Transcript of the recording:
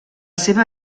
seva